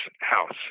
house